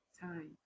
time